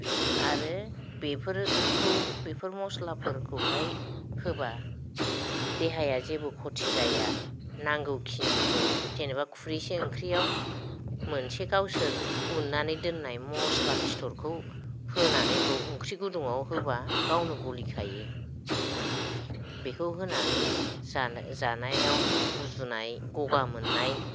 आरो बेफोरखौ बेफोर मस्लाफोरखौहाय होबा देहाया जेबो खथि जाया नांगौखिनिखौ जेन'बा खुरैसे ओंख्रिआव मोनसे गावसोर उननानै दोननाय मस्ला फिथरखौ होनानैल' ओंख्रि गुदुङाव होब्ला गावनो गलिखायोमोन बेखौ होनानै जानो जानायाव गुजुनाय गगा मोननाय